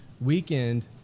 weekend